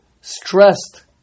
stressed